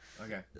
Okay